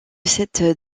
cette